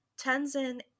Tenzin